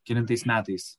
kelintais metais